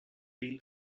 deal